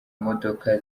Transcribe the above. imodoka